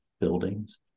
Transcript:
buildings